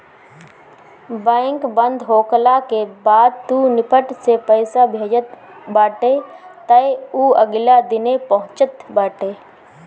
bank बंद होखला के बाद तू निफ्ट से पईसा भेजत बाटअ तअ उ अगिला दिने पहुँचत बाटे